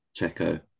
Checo